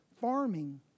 farming